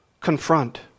confront